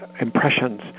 impressions